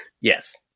Yes